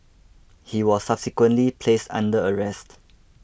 he was subsequently placed under arrest